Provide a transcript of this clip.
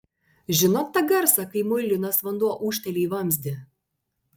žinot tą garsą kai muilinas vanduo ūžteli į vamzdį